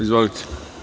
Izvolite.